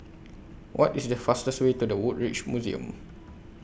What IS The fastest Way to The Woodbridge Museum